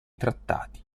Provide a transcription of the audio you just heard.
trattati